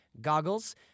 goggles